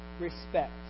respect